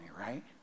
right